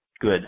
good